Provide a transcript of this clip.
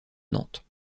nantes